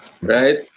right